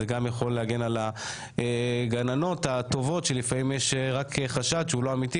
זה רק יכול להגן על הגננות הטובות שלפעמים יש חשד שהוא לא אמיתי,